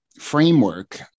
framework